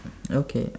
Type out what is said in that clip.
okay